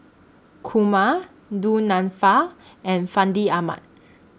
Kumar Du Nanfa and Fandi Ahmad